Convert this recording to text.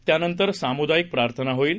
त्यानंतर सामुदायिक प्रार्थना होईल